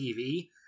TV